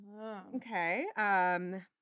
Okay